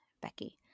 Becky